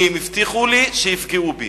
כי הם הבטיחו לי שיפגעו בי.